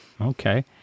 Okay